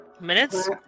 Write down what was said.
Minutes